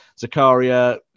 Zakaria